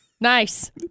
nice